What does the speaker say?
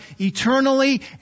eternally